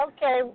Okay